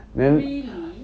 really